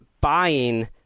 buying